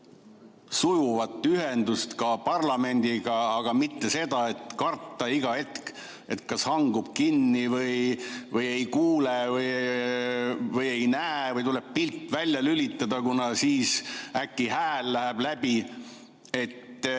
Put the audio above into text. sujuvat ühendust parlamendiga, aga mitte seda, et karta iga hetk, kas hangub kinni või ei kuule või ei näe või tuleb pilt välja lülitada, kuna siis äkki hääl läheb läbi.